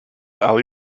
ali